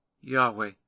Yahweh